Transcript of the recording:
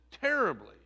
terribly